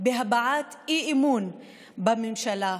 בהבעת אי-אמון בממשלה.